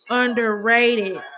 underrated